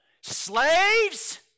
slaves